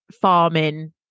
farming